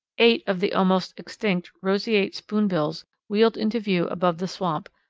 eight of the almost extinct roseate spoonbills wheeled into view above the swamp,